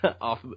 off